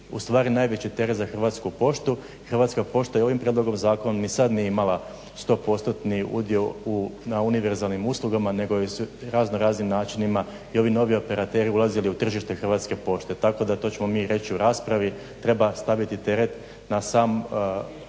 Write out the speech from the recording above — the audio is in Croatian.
ustvari najveći teret za Hrvatsku poštu. I Hrvatska pošta i ovim prijedlogom zakona ni sad nije imala stopostotni udio na univerzalnim uslugama nego je raznoraznim načinima i ovi novi operateri ulazili u tržište Hrvatske pošte. Tako da to ćemo mi reći u raspravi treba staviti teret na sam onaj